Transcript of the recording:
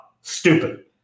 stupid